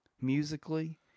musically